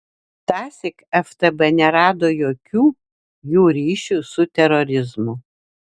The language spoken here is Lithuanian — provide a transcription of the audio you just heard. tąsyk ftb nerado jokių jų ryšių su terorizmu